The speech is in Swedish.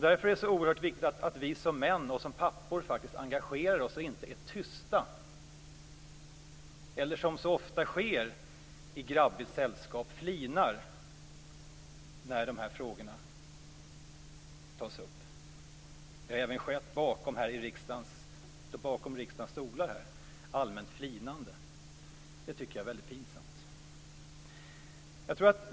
Därför är det så oerhört viktigt att vi som män och som pappor engagerar oss och inte är tysta, eller flinar när de här frågorna tas upp så som ofta sker i grabbigt sällskap. Det har även varit ett allmänt flinande här bakom riksdagens stolar. Jag tycker att det är väldigt pinsamt.